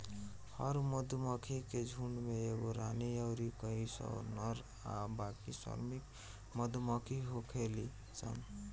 हर मधुमक्खी के झुण्ड में एगो रानी अउर कई सौ नर आ बाकी श्रमिक मधुमक्खी होखेली सन